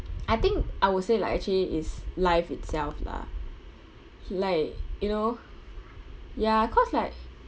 I think I would say like actually is life itself lah like you know ya cause like